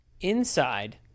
inside